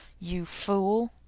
you fool!